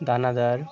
দানাাদার